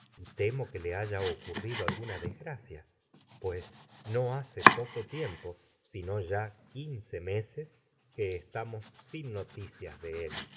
temo que le haya ocurri do alguna desgracia meses que no hace poco tiempo sino ya quince estamos sin noticias de él